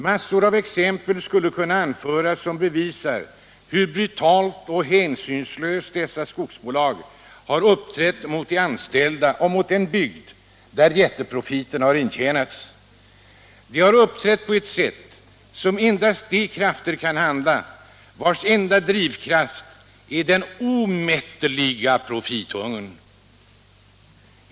Massor av exempel skulle kunna anföras som bevisar hur brutalt och hänsynslöst dessa skogsbolag har uppträtt mot de anställda och den bygd där jätteprofiterna har intjänats. De har uppträtt på ett sätt som endast de krafter kan göra, vilkas enda drivkraft är den omättliga profithungern.